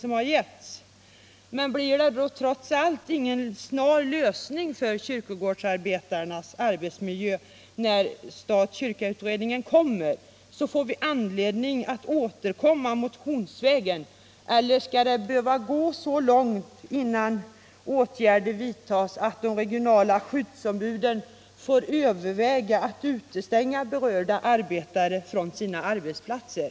Men blir det när stat-kyrka-utredningens förslag kommer trots allt ingen snar lösning av frågan om kyrkogårdsarbetarnas arbetsmiljö, så får vi anledning att återkomma motionsvägen, för det skall väl inte behöva gå så långt innan åtgärder vidtas att de regionala skyddsombuden får överväga att utestänga berörda arbetare från deras arbetsplatser.